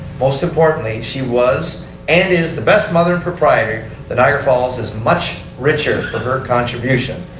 most importantly she was and is the best mother and proprietor that niagra falls is much rich foreher contribution.